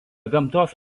gamtos